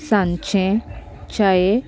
सांचे चायेक